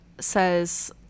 says